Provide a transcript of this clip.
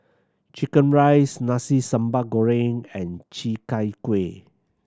chicken rice Nasi Sambal Goreng and Chi Kak Kuih